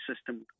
system